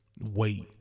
wait